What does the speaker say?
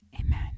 Amen